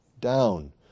down